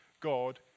God